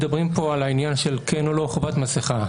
מדברים פה על העניין של כן או לא חובת מסכה.